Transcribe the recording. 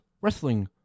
wrestling